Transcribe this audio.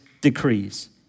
decrees